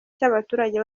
cy’abaturage